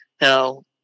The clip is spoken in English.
Now